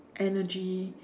energy